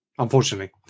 Unfortunately